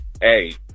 Hey